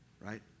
right